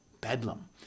Bedlam